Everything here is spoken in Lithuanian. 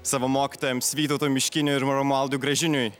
savo mokytojams vytautui miškiniui ir m romualdui gražiniui